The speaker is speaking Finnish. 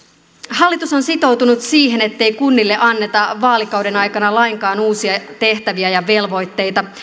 hallitus on sitoutunut siihen ettei kunnille anneta vaalikauden aikana lainkaan uusia tehtäviä ja velvoitteita